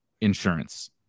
insurance